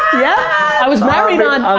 yeah i was married on